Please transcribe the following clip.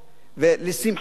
ולשמחתי,